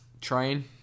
Train